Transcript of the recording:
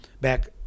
back